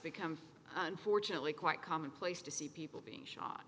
become unfortunately quite commonplace to see people being shot